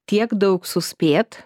tiek daug suspėt